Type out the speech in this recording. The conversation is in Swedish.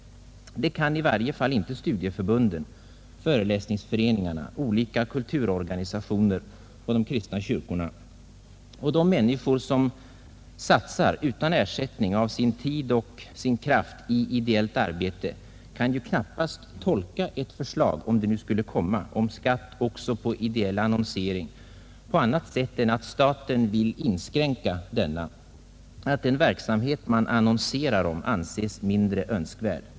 Det kan i varje fall inte studieförbunden, föreläsningsföreningarna, kulturorganisationerna och de kristna kyrkorna. De människor som utan ersättning satsar av sin tid och sin kraft på ideellt arbete kan knappast tolka ett förslag — om ett sådant nu skulle komma — om skatt också på ideell annonsering på annat sätt än att staten vill inskränka denna, att den verksamhet man annonserar om anses mindre önskvärd.